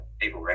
people